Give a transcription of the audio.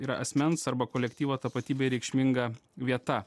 yra asmens arba kolektyvo tapatybei reikšminga vieta